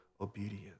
obedience